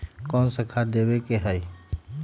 कोन सा खाद देवे के हई?